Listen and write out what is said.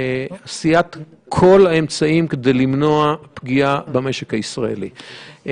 עשיית כל המאמצים כדי למנוע פגיעה במשק הישראלי.